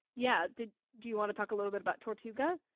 yeah did, do you want to talk a little bit about tortuga?